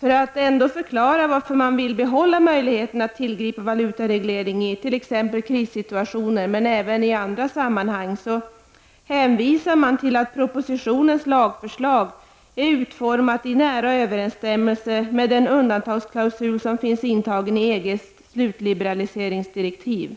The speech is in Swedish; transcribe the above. För att förklara varför man ändå vill behålla möjligheten att tillgripa valutareglering i t.ex. krissituationer och även i andra sammanhang hänvisar man till att propositionens lagförslag är utformat i nära överensstämmelse med den undantagsklausul som finns intagen i EGs slutliberaliseringsdirektiv.